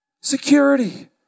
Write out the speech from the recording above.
Security